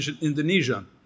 Indonesia